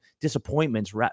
disappointments